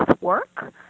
work